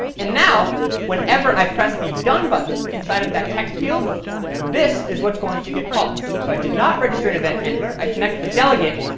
and now whenever i press the done button inside of that text field this is what's going to get called, so i did not register an event handler. i connected the delegate,